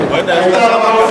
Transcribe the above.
בבקשה.